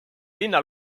linna